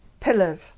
pillars